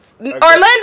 Orlando